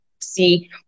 see